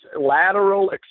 lateral